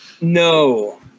No